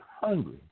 hungry